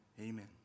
amen